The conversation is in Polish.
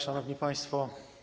Szanowni Państwo!